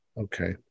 okay